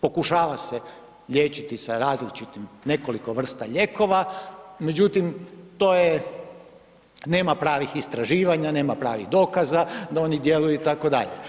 Pokušava se liječiti sa različitim nekoliko vrsta ljekova, međutim, to je, nema pravih istraživanja, nema pravih dokaza da oni djeluju itd.